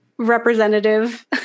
representative